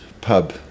pub